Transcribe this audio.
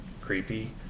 creepy